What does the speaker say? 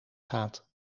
gaat